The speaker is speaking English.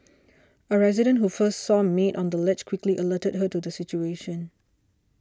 a resident who first saw maid on the ledge quickly alerted her to the situation